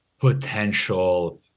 potential